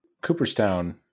Cooperstown